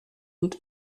und